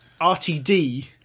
RTD